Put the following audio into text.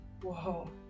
Whoa